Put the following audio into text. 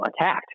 attacked